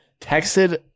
texted